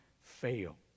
fail